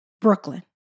Brooklyn